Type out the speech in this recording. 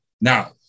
Now